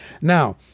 Now